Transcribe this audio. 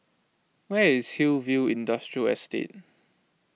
where is Hillview Industrial Estate